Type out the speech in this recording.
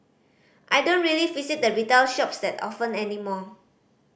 I don't really visit the retail shops that often anymore